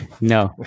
No